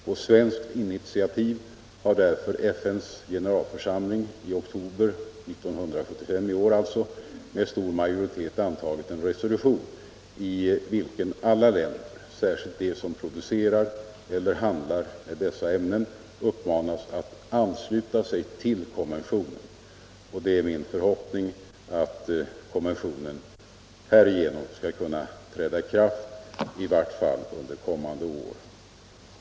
På svenskt initiativ har därför FN:s generalförsamling i oktober 1975 med stor majoritet antagit en resolution i vilken alla länder, särskilt de som producerar eller handlar med dessa ämnen, uppmanas att ansluta sig till konventionen. Det är min förhoppning att konventionen härigenom skall kunna träda i kraft i varje fall under kommande år.